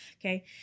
Okay